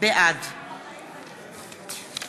בעד